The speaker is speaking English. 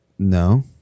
No